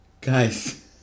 Guys